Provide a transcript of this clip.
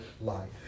life